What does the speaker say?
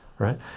right